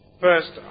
First